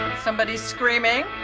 somebody's screaming.